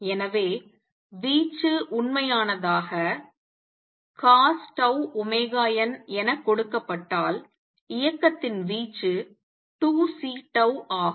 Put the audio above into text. எனவே வீச்சு உண்மையானதாக cosτωn என எடுக்கப்பட்டால் இயக்கத்தின் வீச்சு 2C ஆகும்